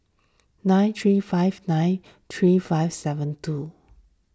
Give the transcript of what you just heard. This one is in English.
nine three five nine three five seven two